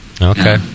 Okay